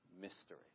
mystery